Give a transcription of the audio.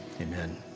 amen